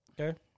Okay